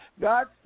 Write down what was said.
God